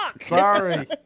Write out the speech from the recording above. Sorry